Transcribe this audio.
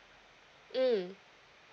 mm